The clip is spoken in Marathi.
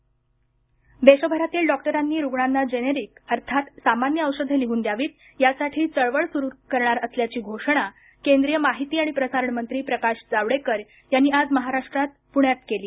प्रकाश जावडेकर देशभरातील डॉक्टरांनी रुग्णांना जेनेरिक अर्थात सामान्य औषधे लिहून द्यावीत यासाठी चळवळ सुरू करणार असल्याची घोषणा केंद्रीय माहिती आणि प्रसारण मंत्री प्रकाश जावडेकर यांनी आज महाराष्ट्रात पुणे इथं केली